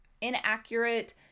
inaccurate